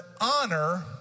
honor